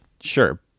sure